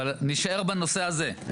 אבל נישאר בנושא הזה,